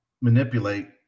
manipulate